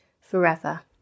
forever